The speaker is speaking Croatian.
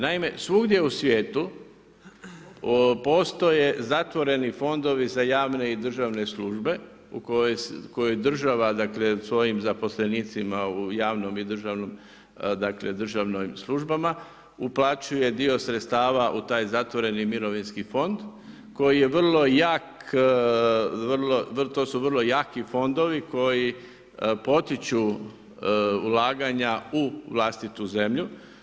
Naime, svugdje u svijetu postoje zatvoreni fondovi za javne i državne službe u koje država dakle, svojim zaposlenicima u javnom i državnim dakle, službama uplaćuje dio sredstava u taj zatvoreni mirovinski fond koji je vrlo jak, to su vrlo jaki fondovi koji potiču ulaganja u vlastitu zemlju.